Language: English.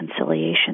reconciliation